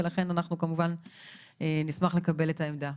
ולכן אנחנו כמובן נשמח לקבל את העמדה.